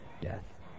death